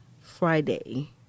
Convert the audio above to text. Friday